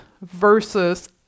versus